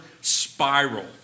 spiral